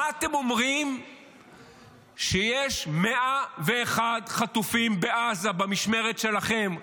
מה אתם אומרים כשיש 101 חטופים בעזה במשמרת שלכם,